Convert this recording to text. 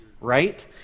right